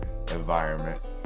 environment